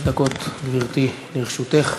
חמש דקות, גברתי, לרשותך.